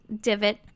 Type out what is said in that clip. divot